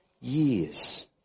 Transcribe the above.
years